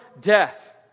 death